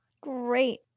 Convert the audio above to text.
Great